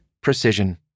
precision